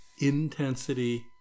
intensity